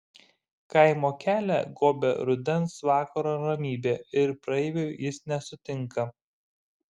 kaimo kelią gobia rudens vakaro ramybė ir praeivių jis nesutinka